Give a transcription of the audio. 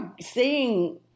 seeing